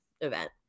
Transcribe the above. event